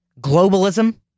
Globalism